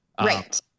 Right